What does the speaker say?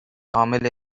عامل